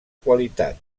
qualitat